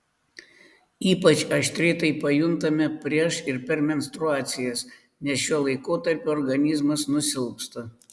ypač aštriai tai pajuntame prieš ir per menstruacijas nes šiuo laikotarpiu organizmas nusilpsta